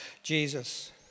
Jesus